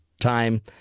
time